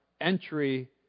entry